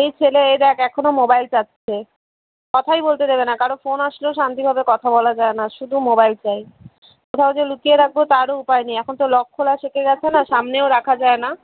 এই ছেলে এই দেখ এখনও মোবাইল চাইছে কথাই বলতে দেবে না কারো ফোন আসলেও শান্তিভাবে কথা বলা যায় না শুদু মোবাইল চাই কোথাও যে লুকিয়ে রাকবো তারও উপায় নেই এখন তো লক খোলা শিখে গেছে না সামনেও রাখা যায় না